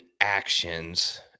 actions